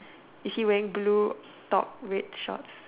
is he wearing blue top red shorts